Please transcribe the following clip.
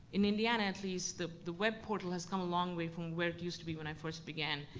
in indiana at least, the the web portal has come a long way from where it used to be when i first began.